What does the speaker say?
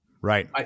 Right